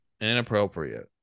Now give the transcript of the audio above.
Inappropriate